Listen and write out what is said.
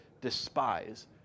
despise